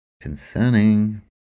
Concerning